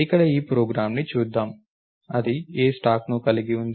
ఇక్కడ ఈ ప్రోగ్రామ్ను చూద్దాం అది a స్టాక్ను కలిగి ఉంది